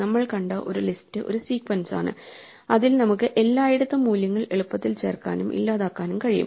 നമ്മൾ കണ്ട ഒരു ലിസ്റ്റ് ഒരു സീക്വൻസാണ് അതിൽ നമുക്ക് എല്ലായിടത്തും മൂല്യങ്ങൾ എളുപ്പത്തിൽ ചേർക്കാനും ഇല്ലാതാക്കാനും കഴിയും